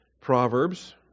Proverbs